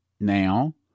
Now